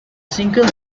single